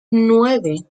nueve